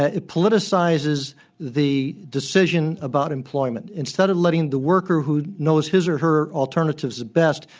ah it politicizes the decision about employment. instead of letting the worker who knows his or her alternatives best,